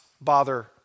bother